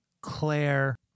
Claire